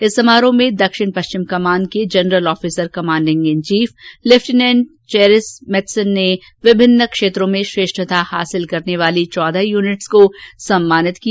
इस समारोह में दक्षिण पश्चिम कमान के general officer commanding in chief lieutenant general Cherish Mathson ने विभिन्न क्षेत्रों में श्रेष्ठता हासिल करने वाली चौदह यूनिट्स को सम्मानित किया